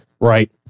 Right